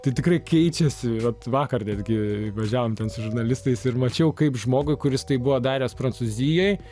tai tikrai keičiasi vat vakar netgi važiavom ten su žurnalistais ir mačiau kaip žmogui kuris tai buvo daręs prancūzijoj